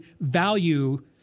value